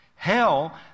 Hell